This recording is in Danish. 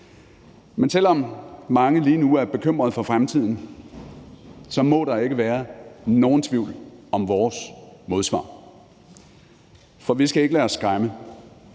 Men selv om mange lige nu er bekymret for fremtiden, må der ikke være nogen tvivl om vores modsvar, for vi skal ikke lade os skræmme,